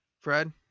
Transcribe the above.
Fred